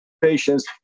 patients